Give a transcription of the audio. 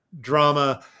drama